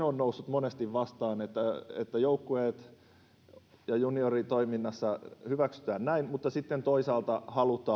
monesti vastaan että joukkueet junioritoiminnassa hyväksyvät näin mutta sitten toisaalta